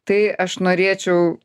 tai aš norėčiau